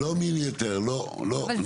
לא לא מיני היתר, לא לא.